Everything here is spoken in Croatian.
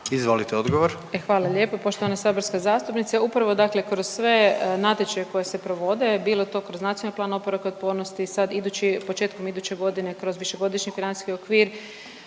Nikolina (HDZ)** Hvala lijepo. Poštovana saborska zastupnice, upravo dakle kroz sve natječaje koji se provode, bilo to kroz NPOO i sad idući, početkom iduće godine kroz višegodišnji financijski okvir,